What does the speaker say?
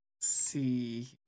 see